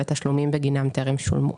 והתשלומים בגינם טרם שולמו.